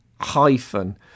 hyphen